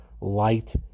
light